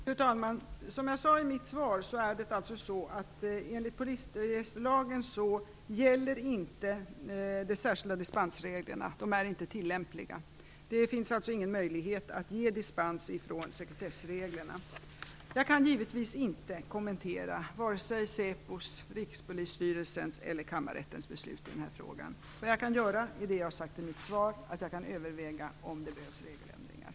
Fru talman! Som jag sade i mitt svar, är det alltså så att de särskilda dispensreglerna inte är tillämpliga enligt polisregisterlagen. Det finns alltså ingen möjlighet att ge dispens från sekretessreglerna. Jag kan givetvis inte kommentera vare sig SÄPO:s, Rikspolisstyrelsens eller kammarrättens beslut i den här frågan. Vad jag kan göra är det jag har sagt i mitt svar, nämligen överväga om det behövs regeländringar.